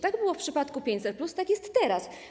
Tak było w przypadku 500+, tak jest teraz.